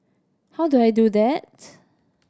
how do I do that